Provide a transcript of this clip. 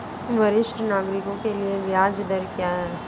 वरिष्ठ नागरिकों के लिए ब्याज दर क्या हैं?